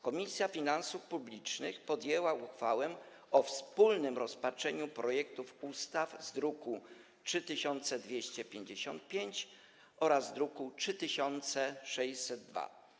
Komisja Finansów Publicznych podjęła uchwałę o wspólnym rozpatrzeniu projektów ustaw z druków nr 3255 oraz 3602.